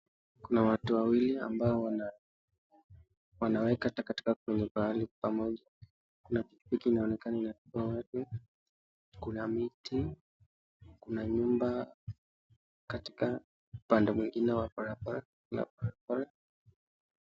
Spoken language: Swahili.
Kuna watu waili ambao wanaweka takataka kwenye pahali pamoja, kuna pikipiki inaonekana inachukua watu, kuna miti, kuna nyumba, katika upande mwingine wa barabara.